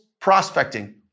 prospecting